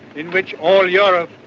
in which all europe